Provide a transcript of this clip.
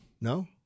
No